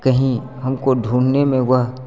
कही हमको ढूँढने में वह